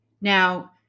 now